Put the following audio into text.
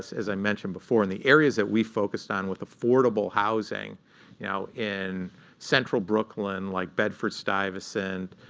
as i mentioned before, in the areas that we focused on with affordable housing you know in central brooklyn, like bedford-stuyvesant,